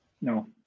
No